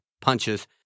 punches